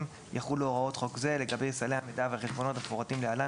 יחולו הוראות חוק זה לגבי סלי המידע והחשבונות המפורטים להלן,